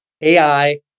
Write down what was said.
AI